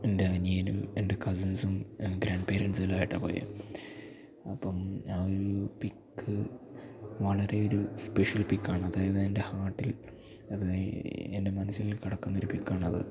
എൻ്റെ അനിയനും എൻ്റെ കസിൻസും ഗ്രാൻഡ് പേരെൻസുമെല്ലാമായിട്ടാണ് പോയത് അപ്പം ആ ഒരു പിക്ക് വളരെ ഒരു സ്പെഷ്യൽ പിക്കാണ് അതായത് എൻ്റെ ഹാർട്ടിൽ അതായത് എൻ്റെ മനസ്സിൽ കിടക്കുന്ന ഒരു പിക്കാണത്